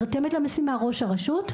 ראש הרשות,